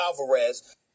alvarez